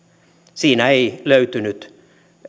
siinä ei löytynyt